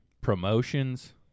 promotions